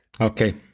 Okay